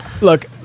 Look